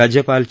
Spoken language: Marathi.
राज्यपाल चे